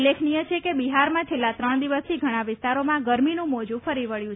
ઉલ્લેખનીય છે કે બિહારમાં છેલ્લા ત્રણ દિવસથી ઘણા વિસ્તારોમાં ગરમીનું મોજુ ફરી વબ્યું છે